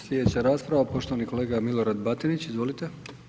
Slijedeća rasprava poštovani kolega Milorad Batinić, izvolite.